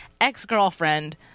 ex-girlfriend